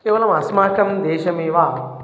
केवलम् अस्माकं देशमेव